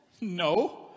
No